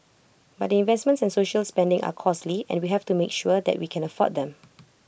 but investments and social spending are costly and we have to make sure that we can afford them